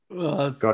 got